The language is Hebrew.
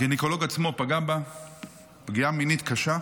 הגינקולוג עצמו פגע בה פגיעה מינית קשה,